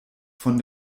von